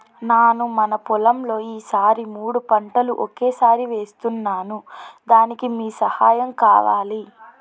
నాను మన పొలంలో ఈ సారి మూడు పంటలు ఒకేసారి వేస్తున్నాను దానికి మీ సహాయం కావాలి